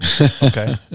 Okay